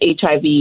HIV